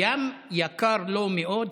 ים יקר לו מאוד,